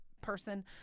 person